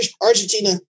Argentina